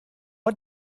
hat